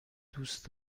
دوست